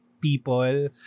people